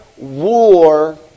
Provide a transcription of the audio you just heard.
war